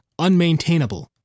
unmaintainable